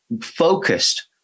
focused